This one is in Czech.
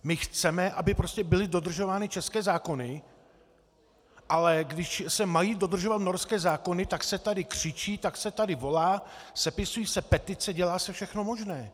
My chceme, aby byly dodržovány české zákony, ale když se mají dodržovat norské zákony, tak se tady křičí, tak se tady volá, sepisují se petice, dělá se všechno možné.